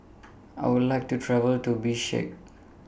I Would like to travel to Bishkek